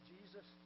Jesus